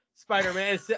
spider-man